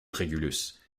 régulus